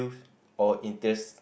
or interest